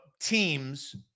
teams